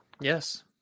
Yes